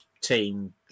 Team